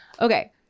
okay